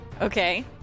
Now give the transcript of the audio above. Okay